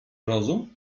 rozum